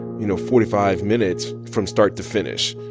you know, forty five minutes from start to finish.